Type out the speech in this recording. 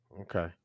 Okay